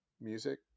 music